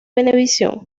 venevisión